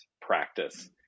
practice